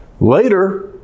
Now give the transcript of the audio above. Later